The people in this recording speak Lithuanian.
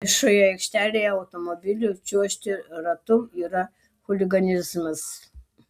viešoje aikštelėje automobiliu čiuožti ratu yra chuliganizmas